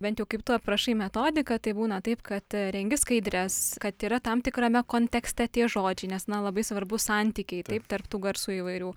bent jau kaip tu aprašai metodiką tai būna taip kad rengi skaidres kad yra tam tikrame kontekste tie žodžiai nes na labai svarbu santykiai taip tarp tų garsų įvairių